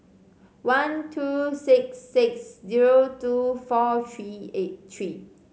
one two six six zero two four three eight three